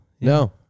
No